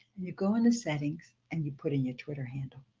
you go into settings and you put in your twitter handle.